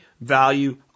value